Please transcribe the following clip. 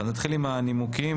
נתחיל עם הנימוקים.